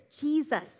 Jesus